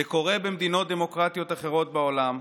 זה קורה במדינות דמוקרטיות אחרות בעולם,